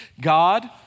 God